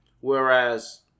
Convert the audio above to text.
Whereas